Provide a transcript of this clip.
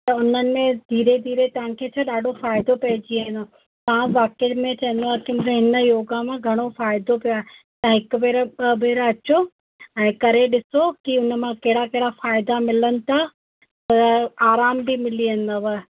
त उन में धीरे धीरे तव्हांखे छा ॾाढो फ़ाइदो पइजी वेंदो तव्हां वाक़ई में चवंदव की हिन योगा मां घणो फ़ाइदो पियो त हिकु भेरे ॿ भेरे अचो ऐं करे ॾिसो की उन मां कहिड़ा कहिड़ा फ़ाइदा मिलनि था त आरामु बि मिली वेंदव